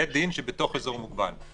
בית דין שבתוך אזור מוגבל,